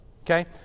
Okay